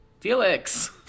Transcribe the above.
Felix